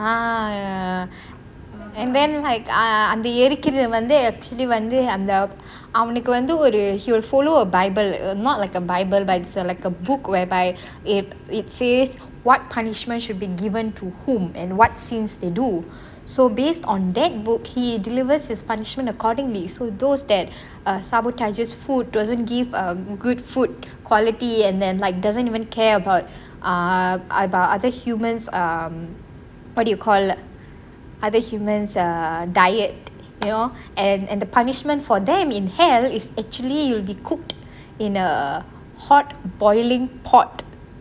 ah and then like err அந்த எரிக்கிறத வந்து:antha yerikiratha vanthu actually வந்து அந்த அவனுக்கு வந்து ஒரு:vanthu antha avanakku vanthu oru he will follow a bible hmm not like a bible but it's like a book whereby it it says what punishment should be given to whom and what sins they do so based on that book he delivers his punishmnet accordingly so those that err sabotages food that who doesnt give err good food quality and then like doesnt even care about um about other humans um what you call other humans um diet you know and and the punishment for them in hell is actually you will be cooked in err hot boiling pot